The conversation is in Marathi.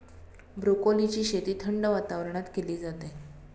ब्रोकोलीची शेती थंड वातावरणात केली जाते